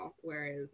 Whereas